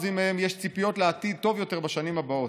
מהם יש ציפיות לעתיד טוב יותר בשנים הבאות.